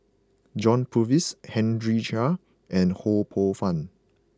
John Purvis Henry Chia and Ho Poh Fun